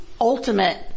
ultimate